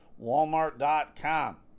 Walmart.com